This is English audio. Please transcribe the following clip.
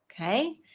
Okay